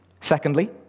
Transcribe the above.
Secondly